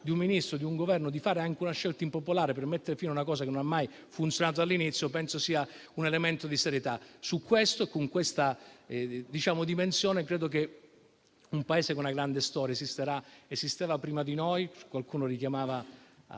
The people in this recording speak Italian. di un Ministro, di un Governo, di fare anche una scelta impopolare, per mettere fine a una misura che non ha mai funzionato all'inizio, penso sia un elemento di serietà. Con questa dimensione, un Paese con una grande storia esisteva prima di noi - qualcuno richiamava